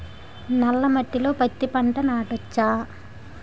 నల్ల మట్టిలో పత్తి పంట నాటచ్చా?